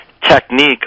technique